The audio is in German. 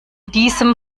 diesem